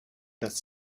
das